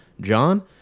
John